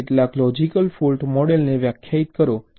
અને કેટલાક logical fault મોડલને વ્યાખ્યાયિત કરો